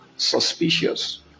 suspicious